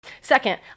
Second